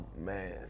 man